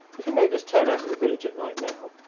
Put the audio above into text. if he made us turn out of the village at night now,